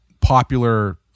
popular